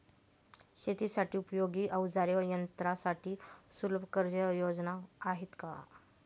शेतीसाठी उपयोगी औजारे व यंत्रासाठी सुलभ कर्जयोजना आहेत का?